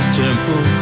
temple